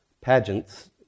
pageants